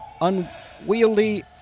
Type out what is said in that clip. Unwieldy